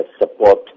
support